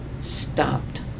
stopped